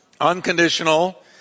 unconditional